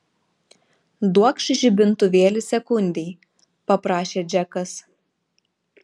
duokš žibintuvėlį sekundei paprašė džekas